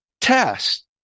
test